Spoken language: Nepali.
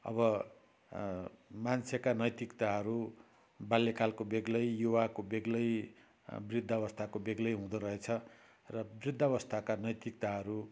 अब मान्छेका नैतिकताहरू बाल्यकालको बेग्लै युवाको बेग्लै वृद्ध अवस्थाको बेग्लै हुँदोरहेछ र वृद्ध अवस्थाका नैतिकताहरू